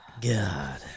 God